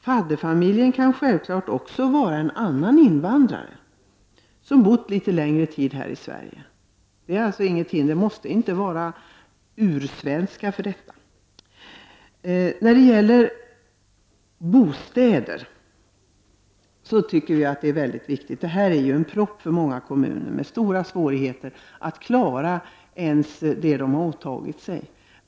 Fadderfamiljen kan självfallet också vara en annan invandrarfamilj som bott en längre tid i Sverige. Det måste alltså inte vara ursvenskar som ställer upp på detta sätt. Att kunna tillhandahålla flyktingar bostäder är en mycket viktig sak. Här har många kommuner mycket stora svårigheter att klara vad de har åtagit sig.